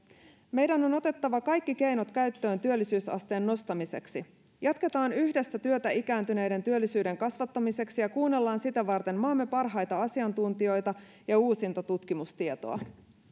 meidän on otettava kaikki keinot käyttöön työllisyysasteen nostamiseksi jatketaan yhdessä työtä ikääntyneiden työllisyyden kasvattamiseksi ja kuunnellaan sitä varten maamme parhaita asiantuntijoita ja uusinta tutkimustietoa